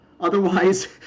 Otherwise